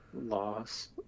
loss